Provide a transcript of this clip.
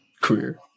Career